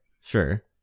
Sure